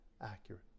accurate